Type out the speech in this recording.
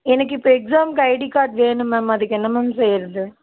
எனக்கு இப்போ எக்ஸாமுக்கு ஐடி கார்ட் வேணும் மேம் அதுக்கு என்ன மேம் செய்யறது